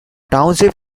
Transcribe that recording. township